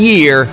Year